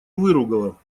выругала